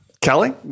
Kelly